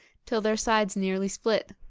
till their sides nearly split.